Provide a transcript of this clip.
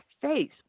face